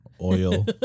oil